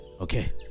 Okay